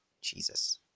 Jesus